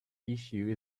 issue